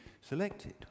selected